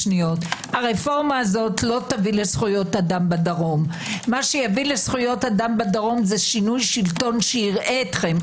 הרפורמה הזו לא תביא לזכויות בדרום אלא שינוי שלטון שיראה אתכם.